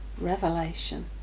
revelation